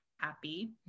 happy